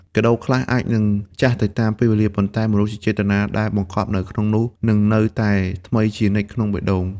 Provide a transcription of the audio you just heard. កាដូខ្លះអាចនឹងចាស់ទៅតាមពេលវេលា ប៉ុន្តែមនោសញ្ចេតនាដែលបង្កប់នៅក្នុងនោះនឹងនៅតែថ្មីជានិច្ចក្នុងបេះដូង។